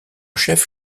chef